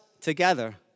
together